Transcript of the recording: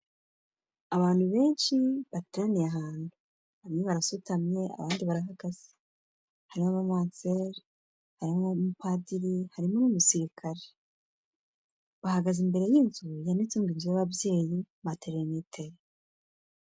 Abantu benshi bateraniye ahantu, bamwe barasutamye abandi barahagaza, hari abamansere, hari n'umupadiri, harimo n'umusirikare, bahagaze imbere y'inzu yanditaseho ngo: Inzu y'ababyeyi/ Maternite.